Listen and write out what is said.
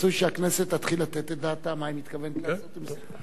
רצוי שהכנסת תתחיל לתת את דעתה מה היא מתכוונת לעשות עם זה.